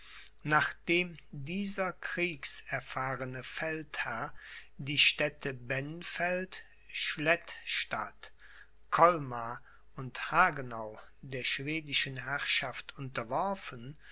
nachdem dieser kriegserfahrene feldherr die städte benfeld schlettstadt colmar und hagenau der schwedischen herrschaft unterworfen